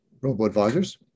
robo-advisors